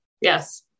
Yes